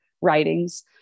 writings